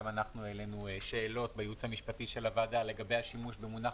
גם אנחנו העלינו שאלות בייעוץ המשפטי של הוועדה לגבי מונח